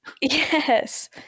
Yes